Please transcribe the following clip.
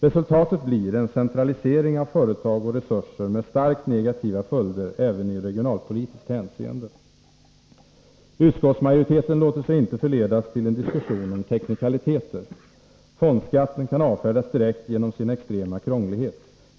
Resultatet blir en centralisering av företag och resurser med starkt negativa följder även i regionalpolitiskt hänseende. Utskottsmajoriteten låter sig inte förledas till en diskussion om teknikaliteter. Fondskatten kan avfärdas direkt på grund av dess extrema krånglighet.